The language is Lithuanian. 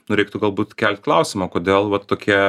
nu reiktų galbūt kelt klausimą kodėl va tokie